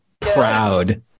proud